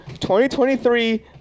2023